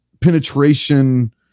penetration